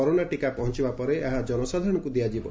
corona ଟୀକା ପହଞ୍ଚବା ପରେ ଏହା ଜନସାଧାରଣଙ୍କୁ ଦିଆଯିବ